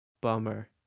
bummer